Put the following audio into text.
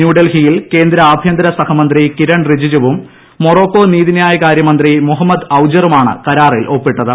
ന്യൂഡൽഹിയിൽ കേന്ദ്ര ആഭ്യന്തരസ്ക്യിമ്യത്തി കിരൺ റിജിജുവും മൊറോക്കോ നീതിന്യായകാര്യ മിന്തി മുഹമ്മദ് ഔജ്ജറുമാണ് കരാറിൽ ഒപ്പിട്ടത്